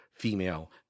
female